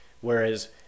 Whereas